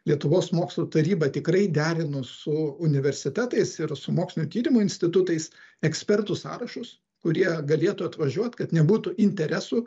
lietuvos mokslų taryba tikrai derino su universitetais ir su mokslinių tyrimų institutais ekspertų sąrašus kurie galėtų atvažiuot kad nebūtų interesų